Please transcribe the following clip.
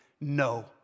no